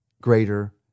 greater